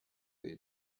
伴随